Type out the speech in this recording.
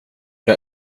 jag